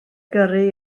gyrru